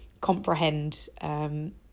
comprehend